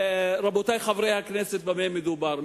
רבותי חברי הכנסת, במה מדובר.